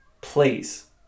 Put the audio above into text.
please